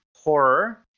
horror